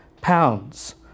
pounds